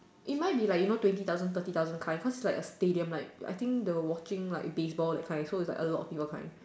it might be like you know twenty thousand thirty thousand kind cause it's like a stadium like I think the watching like baseball that kind so is like a lot of people kind